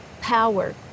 power